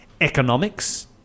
economics